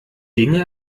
dinge